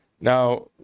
Now